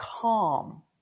calm